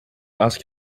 ask